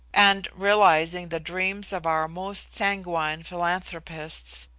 and, realising the dreams of our most sanguine philanthropists,